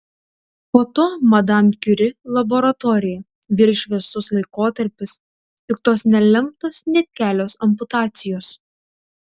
po to madam kiuri laboratorija vėl šviesus laikotarpis tik tos nelemtos net kelios amputacijos